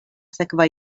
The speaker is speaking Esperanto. sekva